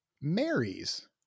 marries